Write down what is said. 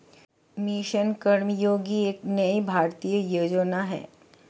mission Karmayogi एक नई भारतीय योजना है